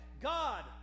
God